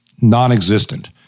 Non-existent